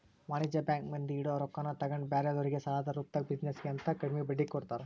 ವಾಣಿಜ್ಯ ಬ್ಯಾಂಕ್ ಮಂದಿ ಇಡೊ ರೊಕ್ಕಾನ ತಗೊಂಡ್ ಬ್ಯಾರೆದೊರ್ಗೆ ಸಾಲದ ರೂಪ್ದಾಗ ಬಿಜಿನೆಸ್ ಗೆ ಅಂತ ಕಡ್ಮಿ ಬಡ್ಡಿಗೆ ಕೊಡ್ತಾರ